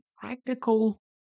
practical